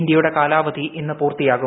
ഇന്ത്യയുടെ കാലാവധി ഇന്ന് പൂർത്തിയാ കും